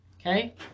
Okay